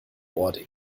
ording